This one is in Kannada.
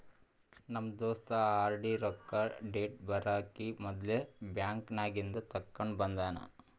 ನಮ್ ದೋಸ್ತ ಆರ್.ಡಿ ರೊಕ್ಕಾ ಡೇಟ್ ಬರಕಿ ಮೊದ್ಲೇ ಬ್ಯಾಂಕ್ ನಾಗಿಂದ್ ತೆಕ್ಕೊಂಡ್ ಬಂದಾನ